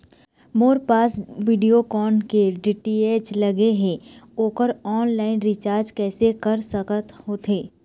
मोर पास वीडियोकॉन के डी.टी.एच लगे हे, ओकर ऑनलाइन रिचार्ज कैसे कर सकत होथे?